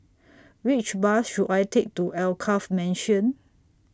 Which Bus should I Take to Alkaff Mansion